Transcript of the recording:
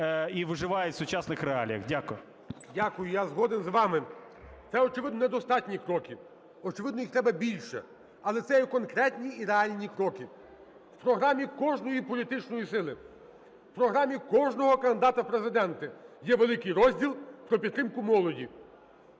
Дякую. Я згоден з вами. Це, очевидно, недостатні кроки, очевидно, їх треба більше, але це є конкретні і реальні кроки. В програмі кожної політичної сили, в програмі кожного кандидата в Президенти є великий розділ про підтримку молоді.